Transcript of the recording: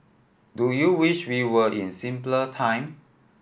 do you wish we were in simpler time